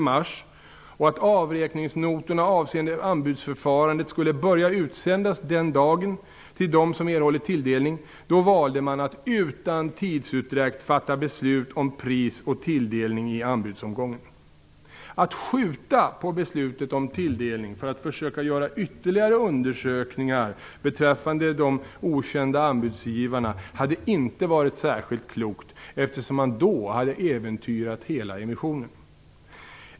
mars och att avräkningsnotorna avseende anbudsförfarandet denna dag skulle börja utsändas till dem som erhållit tilldelning valde man att utan tidsutdräkt fatta beslut om pris och tilldelning i anbudsomgången. Att skjuta på beslutet om tilldelning för att försöka göra ytterligare undersökningar beträffande de okända anbudsgivarna hade inte varit särskilt klokt, eftersom man då hade äventyrat hela emissionen.